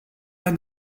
der